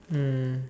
mm